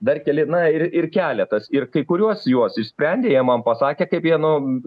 dar keli na ir ir keletas ir kai kuriuos juos išsprendė jie man pasakė kaip jie nu